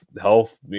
health